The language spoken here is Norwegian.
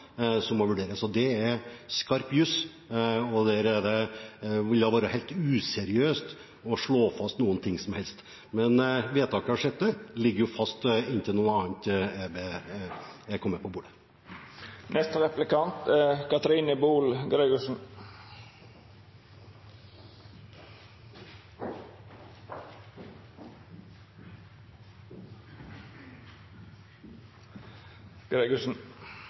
altså må vurderes. Det er skarp jus, og det ville vært helt useriøst å slå fast noe som helst. Men vedtaket av 6. oktober ligger fast inntil noe annet er kommet på bordet.